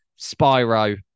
Spyro